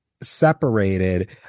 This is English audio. separated